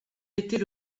était